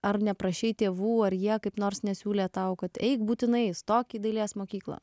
ar neprašei tėvų ar jie kaip nors nesiūlė tau kad eik būtinai stok į dailės mokyklą